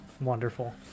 Wonderful